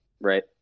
right